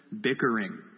bickering